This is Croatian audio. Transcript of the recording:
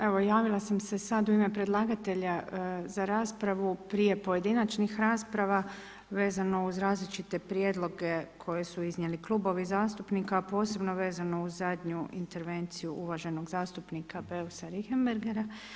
Evo javila sam se sad u ime predlagatelja za raspravu prije pojedinačnih rasprava vezano uz različite prijedloge koje su iznijeli klubovi zastupnika, a posebno vezano uz zadnju intervenciju uvaženog zastupnika Beusa Richembergha.